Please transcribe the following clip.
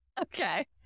Okay